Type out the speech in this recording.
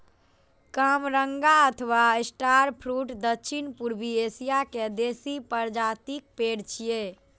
कामरंगा अथवा star fruit दक्षिण पूर्वी एशिया के देसी प्रजातिक पेड़ छियै